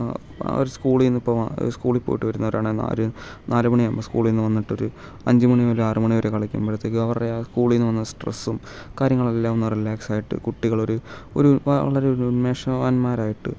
അവർ സ്കൂളിൽ നിന്നിപ്പം സ്കൂളിൽ പോയിട്ട് വരുന്നവരാണെ ഒരു നാലു മണിയാകുമ്പോൾ സ്കൂളിൽ നിന്ന് വന്നിട്ടൊരു അഞ്ച് മണി മുതൽ ആറ് മണി വരെ കളിക്കുമ്പോഴത്തേക്ക് അവരുടെ ആ സ്കൂളിൽ നിന്ന് വന്ന സ്ട്രെസ്സും കാര്യങ്ങളെല്ലാം ഒന്ന് റിലക്സായിട്ട് കുട്ടികളൊരു ഒരു വളരെ ഒരു ഉന്മേഷവാന്മാരായിട്ട്